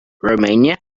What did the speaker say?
romania